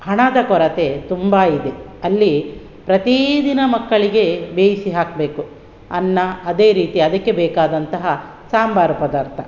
ಹಣದ ಕೊರತೆ ತುಂಬಾ ಇದೆ ಅಲ್ಲಿ ಪ್ರತಿದಿನ ಮಕ್ಕಳಿಗೆ ಬೇಯಿಸಿ ಹಾಕಬೇಕು ಅನ್ನ ಅದೇ ರೀತಿ ಅದಕ್ಕೆ ಬೇಕಾದಂತಹ ಸಾಂಬಾರು ಪದಾರ್ಥ